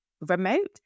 remote